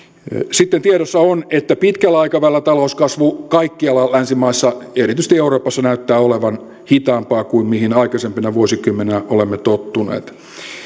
sitten tiedossa on että pitkällä aikavälillä talouskasvu kaikkialla länsimaissa erityisesti euroopassa näyttää olevan hitaampaa kuin mihin aikaisempina vuosikymmeninä olemme tottuneet